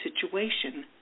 situation